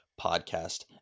podcast